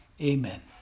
Amen